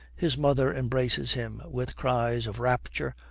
his mother embraces him with cries of rapture,